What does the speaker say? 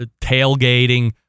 tailgating